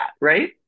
right